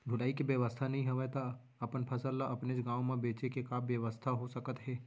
ढुलाई के बेवस्था नई हवय ता अपन फसल ला अपनेच गांव मा बेचे के का बेवस्था हो सकत हे?